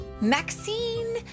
Maxine